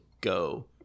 go